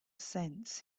sense